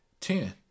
Ten